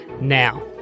Now